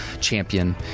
champion